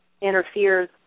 interferes